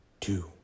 two